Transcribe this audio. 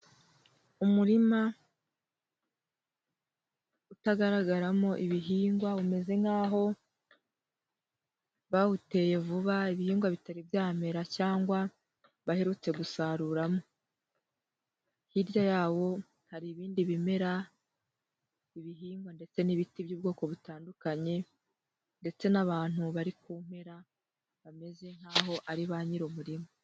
Umurima utagaragaramo ibihingwa, umeze nk'aho bawuteye vuba, ibihingwa bitari byamera cyangwa baherutse gusaruramo. Hirya yawo hari ibindi bimera, ibihingwa ndetse n'ibiti by'ubwoko butandukanye, ndetse n'abantu bari ku mpera, bameze nk'aho ari ba nyirumurima.